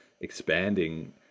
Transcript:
expanding